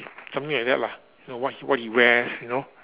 something like that lah you know what what he wears you know